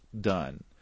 done